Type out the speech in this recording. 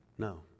No